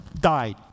Died